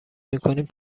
میکنیم